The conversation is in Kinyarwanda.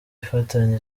ifitanye